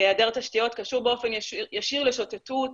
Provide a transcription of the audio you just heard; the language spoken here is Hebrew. והיעדר תשתיות קשור ישירות לשוטטות,